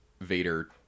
Vader